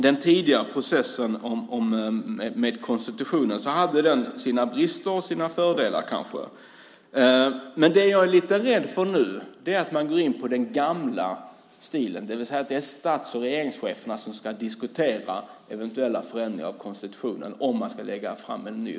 Den tidigare processen beträffande konstitutionen hade sina brister och sina fördelar, kanske. Men det jag är lite rädd för nu är att man ska gå in på den gamla ordningen, det vill säga att det är stats och regeringscheferna som ska diskutera eventuella förändringar av konstitutionen, om man nu ska lägga fram en ny.